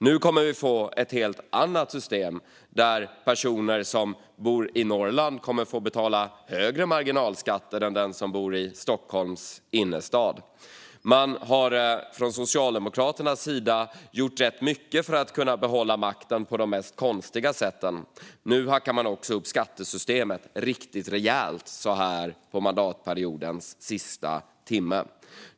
Nu kommer vi att få ett helt annat system där personer som bor i Norrland kommer att få betala högre marginalskatt än personer som bor i Stockholms innerstad. Skattelättnad för arbetsresor - ett enklare och färd-medelsneutralt regelverk Socialdemokraterna har gjort rätt mycket för att kunna behålla makten på de mest konstiga sätt, och nu hackar man också upp skattesystemet riktigt rejält så här under mandatperiodens sista timme.